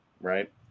right